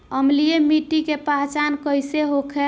अम्लीय मिट्टी के पहचान कइसे होखे?